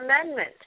Amendment